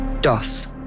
DOS